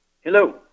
Hello